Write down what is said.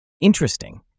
Interesting